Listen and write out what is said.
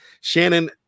Shannon